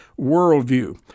worldview